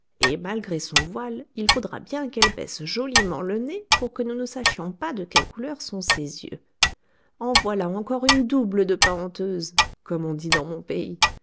et malgré son voile il faudra bien qu'elle baisse joliment le nez pour que nous ne sachions pas de quelle couleur sont ses yeux en voilà encore une double de pas honteuse comme on dit dans mon pays